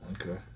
Okay